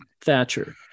Thatcher